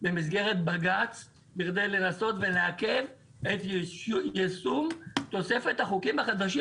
במסגרת בג"ץ בכדי לנסות ולעכב את יישום תוספת החוקים החדשים,